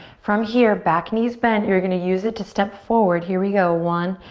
from here back knee's bent. you're gonna use it to step forward. here we go. one,